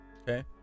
Okay